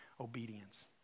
obedience